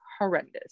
horrendous